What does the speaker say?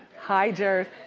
hi jers.